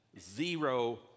zero